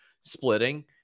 splitting